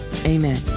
Amen